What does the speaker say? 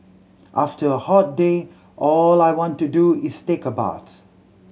after a hot day all I want to do is take a bath